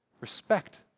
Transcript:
respect